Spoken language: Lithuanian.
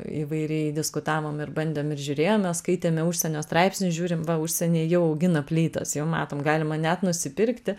įvairiai diskutavom ir bandėm ir žiūrėjome skaitėme užsienio straipsnius žiūrim va užsieny jau augina plytas jau matom galima net nusipirkti